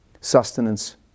sustenance